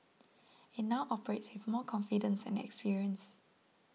it now operates more confidence and experience